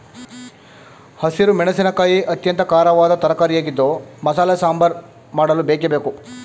ಹಸಿರು ಮೆಣಸಿನಕಾಯಿ ಅತ್ಯಂತ ಖಾರವಾದ ತರಕಾರಿಯಾಗಿದ್ದು ಮಸಾಲೆ ಸಾಂಬಾರ್ ಮಾಡಲು ಬೇಕೇ ಬೇಕು